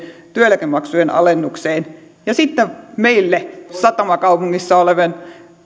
työeläkemaksujen alennukseen sitten on meille satamakaupungissa oleville